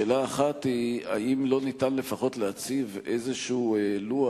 שאלה אחת היא: האם לא ניתן לפחות להציב איזה לוח,